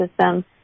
system